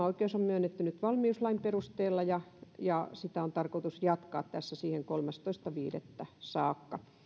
oikeus on myönnetty nyt valmiuslain perusteella ja ja sitä on tarkoitus jatkaa siihen kolmastoista viidettä saakka